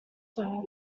sir